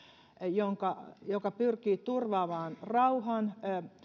joka pyrkii turvaamaan rauhan